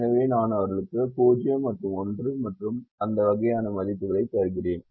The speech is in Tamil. எனவே நான் அவர்களுக்கு 0 மற்றும் 1 மற்றும் அந்த வகையான மதிப்புகளை தருகிறேன்